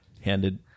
Handed